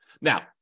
Now